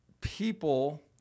people